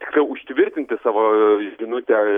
tiksliau užtvirtinti savo žinutę